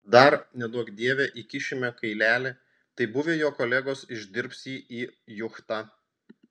dar neduok dieve įkišime kailelį tai buvę jo kolegos išdirbs jį į juchtą